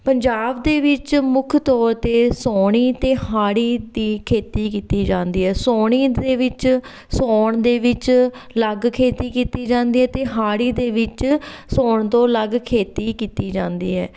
ਪੰਜਾਬ ਦੇ ਵਿੱਚ ਮੁੱਖ ਤੌਰ 'ਤੇ ਸਾਉਣੀ ਅਤੇ ਹਾੜੀ ਦੀ ਖੇਤੀ ਕੀਤੀ ਜਾਂਦੀ ਹੈ ਸਾਉਣੀ ਦੇ ਵਿੱਚ ਸਾਉਣ ਦੇ ਵਿੱਚ ਅਲੱਗ ਖੇਤੀ ਕੀਤੀ ਜਾਂਦੀ ਹੈ ਅਤੇ ਹਾੜੀ ਦੇ ਵਿੱਚ ਸਾਉਣ ਤੋਂ ਅਲੱਗ ਖੇਤੀ ਕੀਤੀ ਜਾਂਦੀ ਹੈ